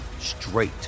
straight